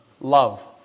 Love